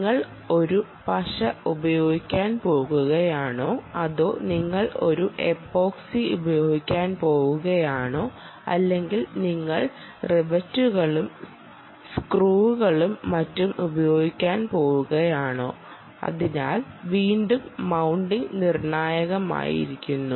നിങ്ങൾ ഒരു പശ ഉപയോഗിക്കാൻ പോകുകയാണോ അതോ നിങ്ങൾ ഒരു എപ്പോക്സി ഉപയോഗിക്കാൻ പോവുകയാണോ അല്ലെങ്കിൽ നിങ്ങൾ റിവറ്റുകളും സ്ക്രൂകളും മറ്റും ഉപയോഗിക്കാൻ പോവുകയാണോ അതിനാൽ വീണ്ടും മൌണ്ടിംഗ് നിർണായകമായിത്തീരുന്നു